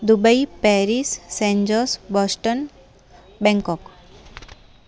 Dubai Paris san jose Boston Bangkok